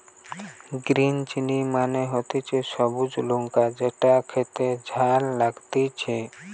green chili মানে হতিছে সবুজ লঙ্কা যেটো খেতে ঝাল লাগতিছে